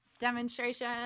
demonstration